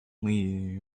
leaves